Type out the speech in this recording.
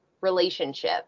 relationship